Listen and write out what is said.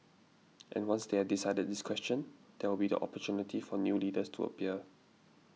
and once they have decided this question there will be the opportunity for new leaders to appear